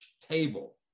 table